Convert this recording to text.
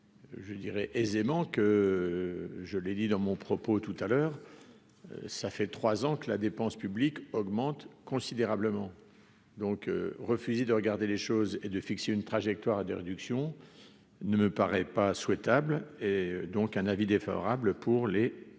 Je dirais aisément que je l'ai dit dans mon propos tout à l'heure, ça fait 3 ans que la dépense publique augmente considérablement donc refuser de regarder les choses et de fixer une trajectoire à des réductions ne me paraît pas souhaitable et donc un avis défavorable pour les trois amendements